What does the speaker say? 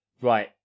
right